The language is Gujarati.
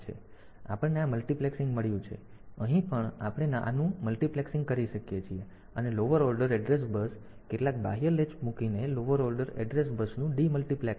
તેથી આપણને આ મલ્ટિપ્લેક્સિંગ મળ્યું છે તેથી અહીં પણ આપણે આનું મલ્ટિપ્લેક્સિંગ કરી શકીએ છીએ અને લોઅર ઓર્ડર એડ્રેસ બસ કેટલાક બાહ્ય લેચ મૂકીને લોઅર ઓર્ડર એડ્રેસ બસનું ડિમલ્ટિપ્લિક્સિંગ છે